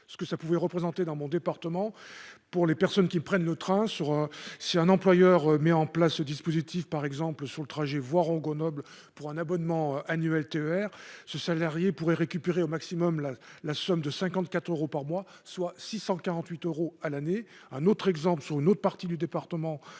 ce que ça pouvait représenter dans mon département, pour les personnes qui prennent le train sur si un employeur met en place ce dispositif par exemple sur le trajet Voiron Grenoble pour un abonnement annuel TER, ce salarié pourrait récupérer au maximum la la somme de 54 euros par mois soit 648 euros à l'année, un autre exemple sur une autre partie du département